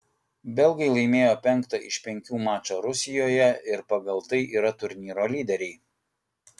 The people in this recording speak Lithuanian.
belgai laimėjo penktą iš penkių mačą rusijoje ir pagal tai yra turnyro lyderiai